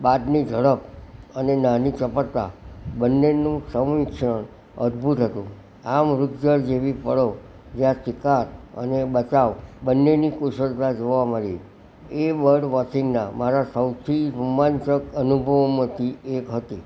બાજની ઝડપ અને નાની ચપળતા બંનેનું સંમિશ્રણ અદભૂત હતું આ મૃગજળ જેવી પળો જે આ શિકાર અને બચાવ બંનેની કુશળતા જોવા મળી એ બર્ડ વોચિંગના મારા સૌથી રોમાંચક અનુભવોમાંથી એક હતો